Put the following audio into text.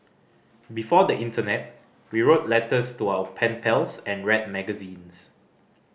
before the internet we wrote letters to our pen pals and read magazines